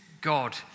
God